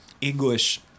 English